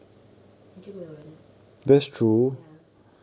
then 就没有人了 ya